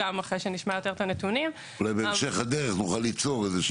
אחרי שנשמע את הנתונים --- אולי בהמשך הדרך נוכל ליצור תקנות